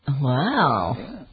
Wow